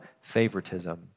favoritism